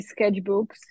sketchbooks